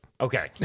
okay